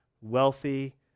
wealthy